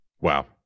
Wow